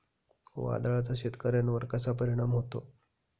वादळाचा शेतकऱ्यांवर कसा परिणाम होतो?